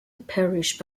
parish